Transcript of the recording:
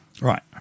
Right